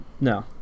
No